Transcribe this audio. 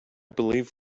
believe